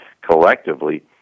collectively